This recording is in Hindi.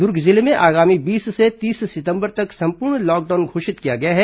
दुर्ग जिले में आगामी बीस से तीस सितंबर तक संपूर्ण लॉकडाउन घोषित किया गया है